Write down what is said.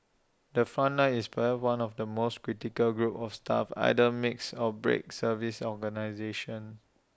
the front line is perhaps one of the most critical groups of staff either makes or breaks service organisations